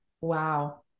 Wow